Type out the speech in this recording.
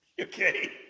Okay